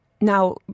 Now